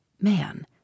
Man